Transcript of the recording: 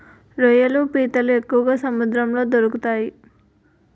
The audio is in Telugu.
రొయ్యలు పీతలు ఎక్కువగా సముద్రంలో దొరుకుతాయి